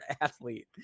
athlete